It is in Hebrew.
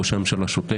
ראש הממשלה שותק,